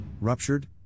ruptured